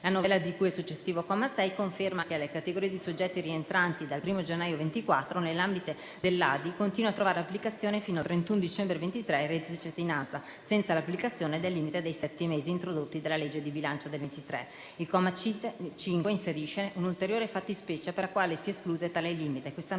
La novella di cui al successivo comma 6 conferma che alle categorie di soggetti rientranti, dal 1° gennaio 2024, nell'ambito dell'Assegno di inclusione continua a trovare applicazione fino al 31 dicembre 2023 il Reddito di cittadinanza senza l'applicazione del limite di sette mensilità introdotto dalla legge di bilancio per il 2023. Il comma 5 inserisce un'ulteriore fattispecie per la quale si esclude tale limite;